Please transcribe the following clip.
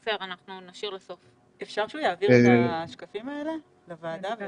אפשר להעביר את השקפים האלה לוועדה?